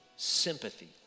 Sympathy